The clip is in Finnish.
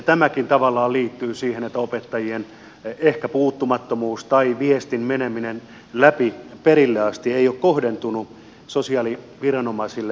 tämäkin tavallaan liittyy siihen että ehkä opettajien puuttumattomuus tai viestin meneminen läpi perille asti ei ole kohdentunut sosiaaliviranomaisille